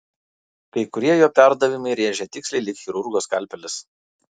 kai kurie jo perdavimai rėžė tiksliai lyg chirurgo skalpelis